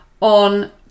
on